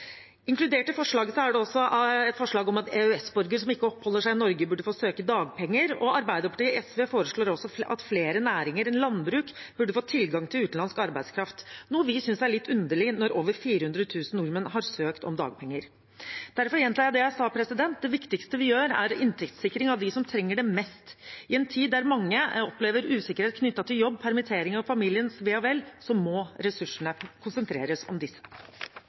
SV foreslår også at flere næringer enn landbruk burde få tilgang til utenlandsk arbeidskraft, noe vi synes er litt underlig når over 400 000 nordmenn har søkt om dagpenger. Derfor gjentar jeg det jeg sa: Det viktigste vi gjør, er inntektssikring for dem som trenger det mest. I en tid der mange opplever usikkerhet knyttet til jobb, permitteringer og familiens ve og vel, må ressursene konsentreres om disse.